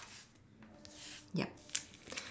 yup